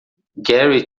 gary